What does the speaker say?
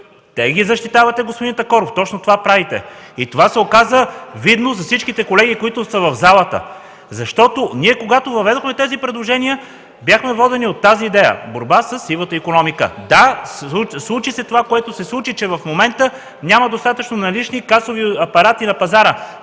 Тях ги защитавате, господин Такоров – точно това правите. Това се оказа видно за всичките колеги, които са в залата. Когато въведохме тези предложения, ние бяхме водени от идеята – борба със сивата икономика. Да, случи се това, което се случи – че в момента няма достатъчно налични касови апарати на пазара.